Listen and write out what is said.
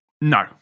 No